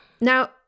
Now